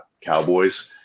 Cowboys